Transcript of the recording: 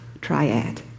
triad